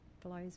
blows